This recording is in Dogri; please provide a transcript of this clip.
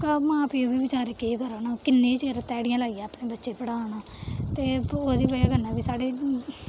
मां प्योऽ बी बचैरे बी केह् करन कि'न्ने चिर ध्याड़ियां लाइयै अपने बच्चे पढ़ान ते ओह् दी बजह कन्नै बी साढ़े